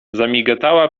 zamigotała